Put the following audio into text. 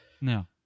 no